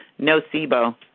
nocebo